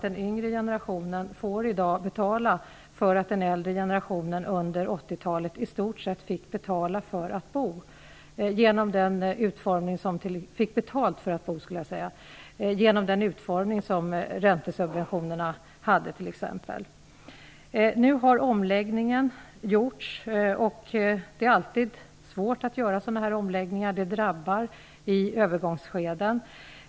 Den yngre generationen får i dag betala för att den äldre generationen under 80-talet i stort sett fick betalt för att bo genom den utformning som t.ex. räntesubventionerna hade. Nu har omläggningen gjorts. Det är alltid svårt att göra sådana omläggningar. Det drabbar människor i övergångsskeden.